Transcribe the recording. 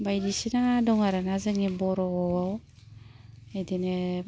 बायदिसिना दं आरोना जोंनि बर'आव बिदिनो